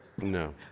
No